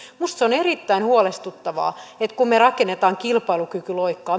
minusta se on erittäin huolestuttavaa että kun me rakennamme kilpailukykyloikkaa